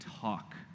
talk